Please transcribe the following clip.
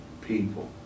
people